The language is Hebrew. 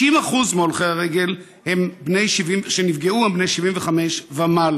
60% מהולכי הרגל שנפגעו הם בני 75 ומעלה.